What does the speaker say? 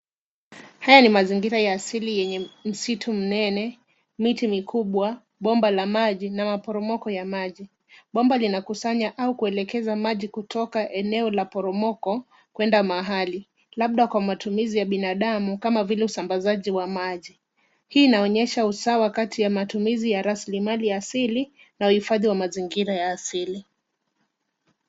Haya ni mazingira ya asili yenye msitu mnene, miti mkubwa, bomba la maji na maporomoko ya maji. Bomba linakusanya au kuelekeza maji kutoka eneo la poromoko kwenda mahali, labda kwa matumizi ya binadamu kama vile usambazaji wa maji. Hii inaonyesha usawa kati ya matumizi ya rasilimali ya asili na uhifadhi wa mazingira za asili.